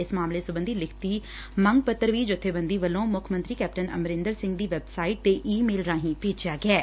ਇਸ ਮਸਲੇ ਸੰਬੰਧੀ ਲਿਖਤੀ ਮੰਗ ਪੱਤਰ ਵੀ ਜਬੇਬੰਦੀ ਵੱਲੋਂ ਮੁੱਖ ਮੰਤਰੀ ਕੈਪਟਨ ਅਮਰਿੰਦਰ ਸਿੰਘ ਦੀ ਵੈਬਸਾਈਟ ਡੇ ਈ ਮੇਲ ਰਾਹੀ ਭੇਜਿਆ ਗਿਐ